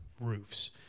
roofs